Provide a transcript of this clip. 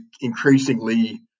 increasingly